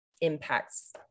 impacts